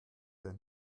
der